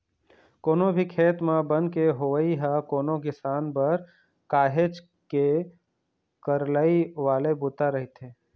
कोनो भी खेत म बन के होवई ह कोनो किसान बर काहेच के करलई वाले बूता रहिथे